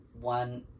One